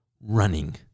running